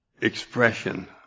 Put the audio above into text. expression